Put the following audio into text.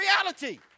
reality